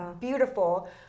beautiful